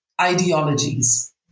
ideologies